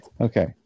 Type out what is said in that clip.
Okay